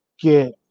get